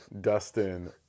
Dustin